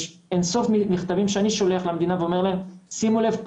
יש אין סוף מכתבים שאני שולח למדינה ואני אומר להם: שימו לב,